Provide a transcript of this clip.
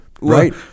right